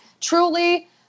truly